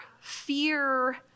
fear